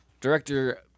Director